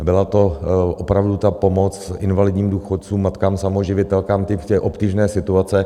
Byla to opravdu pomoc invalidním důchodcům, matkám samoživitelkám, těm v obtížné situaci.